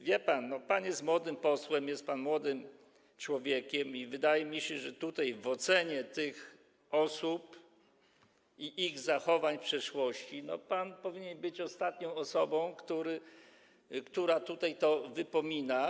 Wie pan, pan jest młodym posłem, jest pan młodym człowiekiem i wydaje mi się, że przy ocenie tych osób i ich zachowań w przeszłości pan powinien być ostatnią osobą, która to wypomina.